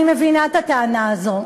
אני מבינה את הטענה הזו,